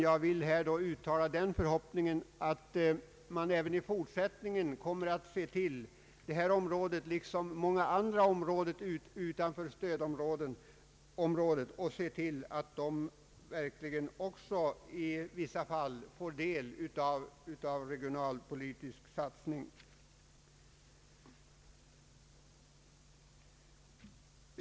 Jag vill dock uttala den förhoppningen att man även i fortsättningen kommer att se till att detta område liksom många andra områden utanför stödområdet verkligen får del av den regionalpolitiska satsningen.